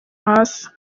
hasi